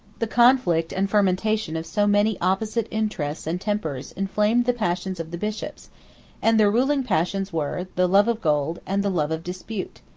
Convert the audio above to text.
the conflict and fermentation of so many opposite interests and tempers inflamed the passions of the bishops and their ruling passions were, the love of gold, and the love of dispute.